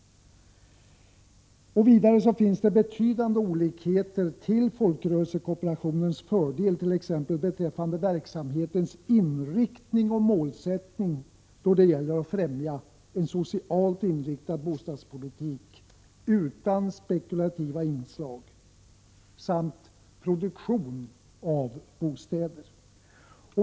Vidare finns det betydande olikheter till folkrörelsekooperationens fördel, t.ex. verksamhetens inriktning och målsättning då det gäller att främja en socialt inriktad bostadspolitik utan spekulativa inslag samt produktion av bostäder.